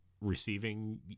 receiving